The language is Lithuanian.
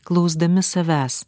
klausdami savęs